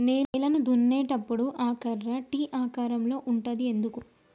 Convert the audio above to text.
నేలను దున్నేటప్పుడు ఆ కర్ర టీ ఆకారం లో ఉంటది ఎందుకు?